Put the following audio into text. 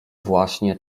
właśnie